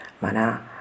Mana